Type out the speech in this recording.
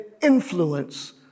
influence